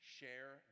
Share